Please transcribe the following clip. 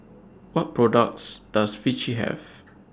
What products Does Vichy Have